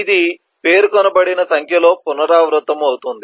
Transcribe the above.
ఇది పేర్కొనబడని సంఖ్యలో పునరావృతమవుతుంది